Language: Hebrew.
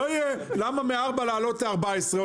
למה מ-4 להעלות ל-14?